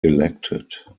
elected